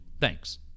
Thanks